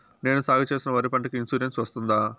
నేను సాగు చేసిన వరి పంటకు ఇన్సూరెన్సు వస్తుందా?